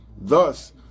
thus